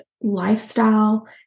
lifestyle